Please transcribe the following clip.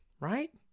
Right